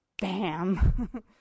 bam